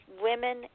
Women